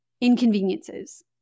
inconveniences